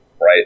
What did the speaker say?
Right